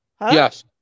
Yes